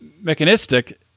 mechanistic